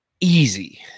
Easy